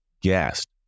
Gassed